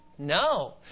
No